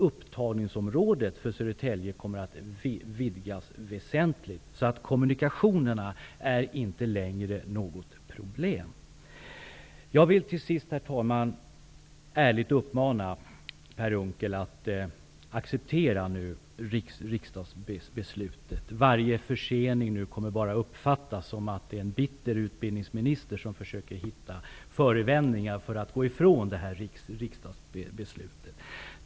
Upptagningsområdet för Södertälje blir då väsentligt utvidgat. Kommunikationerna är alltså inte längre något problem. Herr talman! Till sist vill jag uppmana Per Unckel att acceptera riksdagsbeslutet. Varje försening kommer att uppfattas så, att det är en bitter utbildningsminister som försöker att hitta förevändningar för att kunna gå ifrån beslutet.